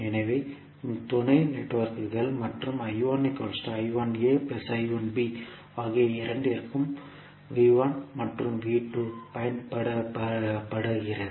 எனவே துணை நெட்வொர்க்குகள் மற்றும் ஆகிய இரண்டிற்கும் மற்றும் பயன்படுத்தப்படுகிறது